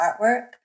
artwork